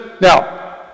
now